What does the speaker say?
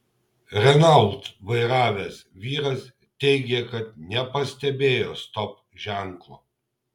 renault vairavęs vyras teigė kad nepastebėjo stop ženklo